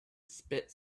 spit